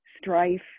strife